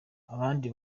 abandi